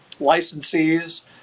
licensees